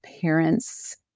parents